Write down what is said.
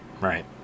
right